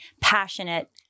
passionate